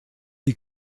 die